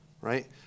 right